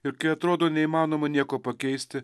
ir kai atrodo neįmanoma nieko pakeisti